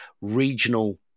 regional